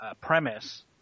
premise